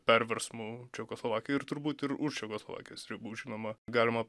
perversmų čekoslovakoj ir turbūt ir už čekoslovakijos ribų žinoma galima